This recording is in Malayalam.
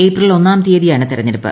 ഏപ്രിൽ ഒന്നാം തീയതിയ്ക്കാണ് ്തെരഞ്ഞെടുപ്പ്